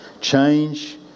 Change